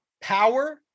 Power